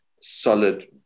solid